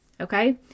Okay